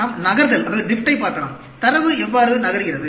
எனவே நாம் நகர்தலைப் பார்க்கலாம் தரவு எவ்வாறு நகர்கிறது